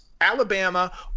Alabama